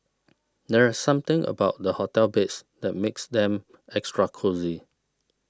there is something about the hotel beds that makes them extra cosy